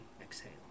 exhale